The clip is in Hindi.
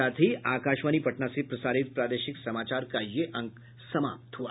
इसके साथ ही आकाशवाणी पटना से प्रसारित प्रादेशिक समाचार का ये अंक समाप्त हुआ